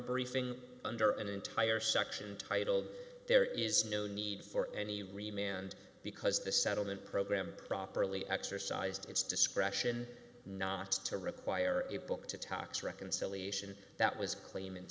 briefing under an entire section titled there is no need for any remain and because the settlement program properly exercised its discretion not to require a book to tax reconciliation that was claim